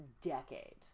decade